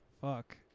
Fuck